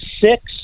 six